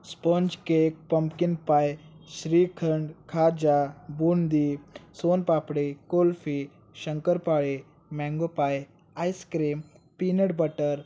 sponge cake pumpkin pie shrikhand khaja boondi soan papdi kulfi shankarpali mango pie ice cream peanut butter